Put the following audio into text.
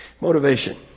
Motivation